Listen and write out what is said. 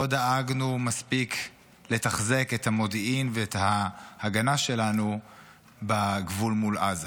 לא דאגנו מספיק לתחזק את המודיעין ואת ההגנה שלנו בגבול מול עזה.